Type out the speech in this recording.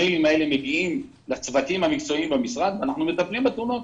המיילים האלה מגיעים לצוותים המקצועיים במשרד ואנחנו מטפלים בתלונות,